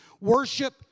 Worship